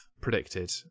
predicted